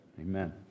Amen